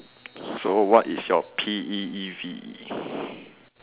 so what is your P E E V E